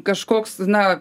kažkoks na